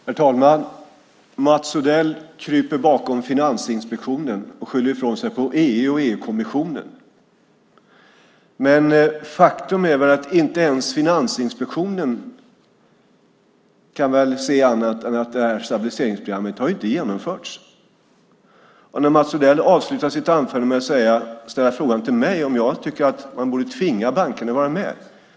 Herr talman! Mats Odell kryper bakom Finansinspektionen och skyller ifrån sig på EU och EU-kommissionen. Faktum är att inte ens Finansinspektionen kan se annat än att stabiliseringsprogrammet inte har genomförts. Mats Odell avslutar sitt anförande med att ställa frågan till mig om jag tycker att man borde tvinga bankerna att vara med.